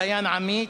דיין עמית).